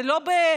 זה לא בנוהל,